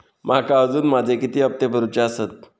माका अजून माझे किती हप्ते भरूचे आसत?